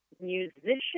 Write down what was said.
musician